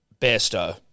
Bearstow